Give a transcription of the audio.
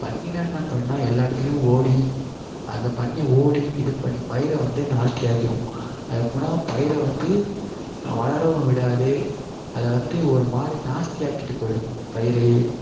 பன்னின்னால் என்ன பண்ணுன்னால் எல்லா இடத்துலையும் ஓடி அந்த பன்னி ஓடி இது பண்ணி பயிரை வந்து நாஸ்தி ஆக்கிடும் அது எப்படின்னா பயிரை வந்து வளரவும் விடாது அதை வந்து ஒருமாதிரி நாஸ்தி ஆக்கிட்டு போயிடும் இந்த பயிரையே